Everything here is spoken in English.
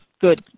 good